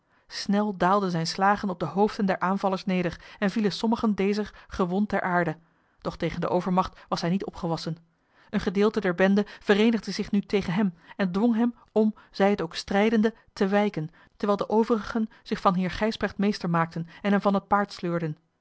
snel daalden zijne slagen op de hoofden der aanvallers neder en vielen sommigen dezer gewond ter aarde doch tegen de overmacht was hij niet opgewassen een gedeelte der bende vereenigde zich nu tegen hem en dwong hem om zij het ook strijdende te wijken terwijl de overigen zich van heer gijsbrecht meester maakten en hem van het paard sleurden